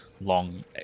long